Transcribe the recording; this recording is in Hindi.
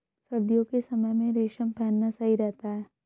सर्दियों के समय में रेशम पहनना सही रहता है